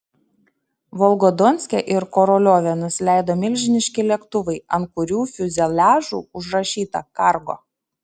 volgodonske ir koroliove nusileido milžiniški lėktuvai ant kurių fiuzeliažų užrašyta kargo